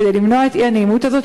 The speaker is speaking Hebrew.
כדי למנוע את האי-נעימות הזאת,